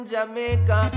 Jamaica